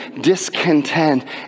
discontent